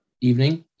evening